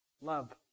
Love